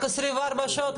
רק 24 שעות?